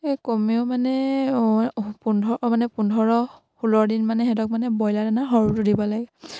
এই কমেও মানে পোন্ধৰ মানে পোন্ধৰ ষোল্ল দিন মানে সিহঁতক মানে ব্ৰইলাৰ দানা সৰুটো দিব লাগে